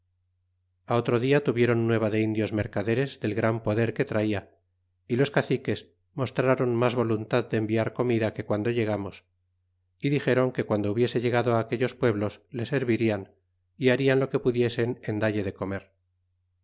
á otro dia tuvieron nueva de indios mercaderes del gran poder que trata y los caciques mostrron mas voluntad de enviar comida que guando llegamos y dixéron que guando hubiese llegado á aquellos pueblos le servirla y harían lo que pudiesen en dalle de comer